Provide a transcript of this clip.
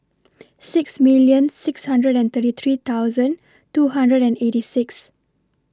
six million six hundred and thirty three thousand two hundred and eighty six